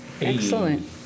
Excellent